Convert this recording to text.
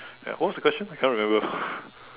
ya what was the question I can't remember